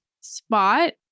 spot